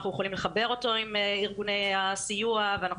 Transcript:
אנחנו יכולים לחבר אותו עם ארגוני הסיוע ואנחנו